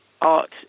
art